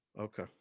Okay